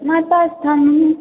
माता स्थान